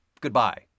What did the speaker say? goodbye